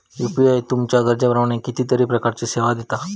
UPI तुमच्या गरजेप्रमाण कितीतरी प्रकारचीं सेवा दिता